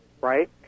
right